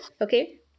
okay